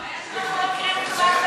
הבעיה שאנחנו לא מכירים אתכם מהחברה,